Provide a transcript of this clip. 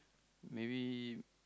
maybe